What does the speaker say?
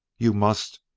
you must.